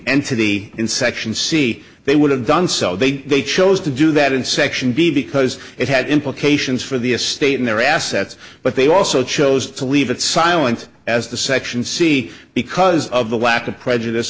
entity in section c they would have done so they they chose to do that in section b because it had implications for the estate in their assets but they also chose to leave it silent as the section c because of the lack of prejudice